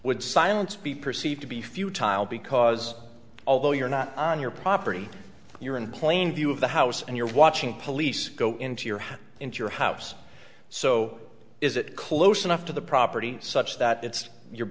would silence be perceived to be futile because although you're not on your property you're in plain view of the house and you're watching police go into your hand into your house so is it close enough to the property such that it's you